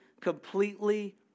completely